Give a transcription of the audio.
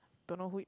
don't know who